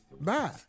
Bye